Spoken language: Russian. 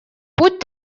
путь